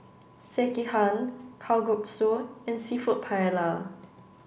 Sekihan Kalguksu and Seafood Paella